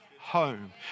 home